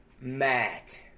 Matt